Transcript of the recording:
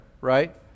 right